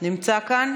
נמצא כאן?